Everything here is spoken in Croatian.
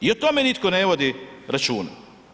I o tome nitko ne vodi računa.